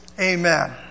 Amen